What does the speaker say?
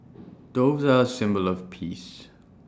doves are symbol of peace